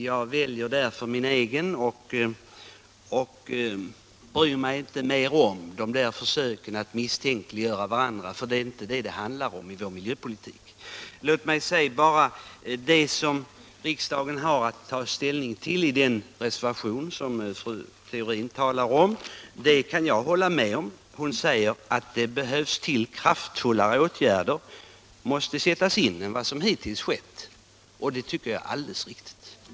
Jag väljer därför min egen debatteknik och bryr mig inte mer om försöken till misstänkliggörande, för det är inte detta det handlar om i vår mil jöpolitik. Låt mig bara säga: Det som riksdagen har att ta ställning till i den reservation som fru Theorin talar om kan jag hålla med om. Fru Theorin säger att kraftfullare åtgärder än hittills måste sättas in, och det tycker jag är alldeles riktigt.